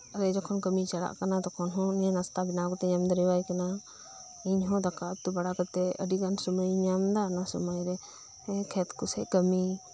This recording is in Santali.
ᱨᱮ ᱡᱚᱠᱷᱚᱱ ᱠᱟᱹᱢᱤᱭ ᱪᱟᱞᱟᱜ ᱠᱟᱱᱟ ᱛᱚᱠᱷᱚᱱ ᱦᱚᱸ ᱩᱱᱤ ᱱᱟᱥᱛᱟ ᱵᱮᱱᱟᱣ ᱠᱟᱛᱮᱧ ᱮᱢᱫᱟᱲᱤᱭᱟᱭ ᱠᱟᱱᱟ ᱤᱧᱦᱚ ᱫᱟᱠᱟ ᱩᱛᱩ ᱵᱟᱲᱟ ᱠᱟᱛᱮᱜ ᱟᱹᱰᱤᱜᱟᱱ ᱥᱩᱢᱟᱹᱭᱤᱧ ᱧᱟᱢᱫᱟ ᱚᱱᱟ ᱥᱩᱢᱟᱹᱭ ᱨᱮ ᱠᱷᱮᱛᱠᱩ ᱥᱮᱡ ᱠᱟᱹᱢᱤ